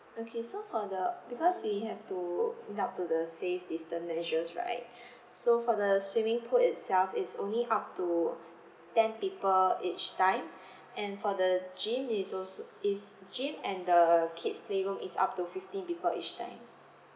okay so for the because we have to meet up to the safe distance measures right so for the swimming pool itself it's only up to ten people each time and for the gym is also is gym and the kids play room is up to fifteen people each time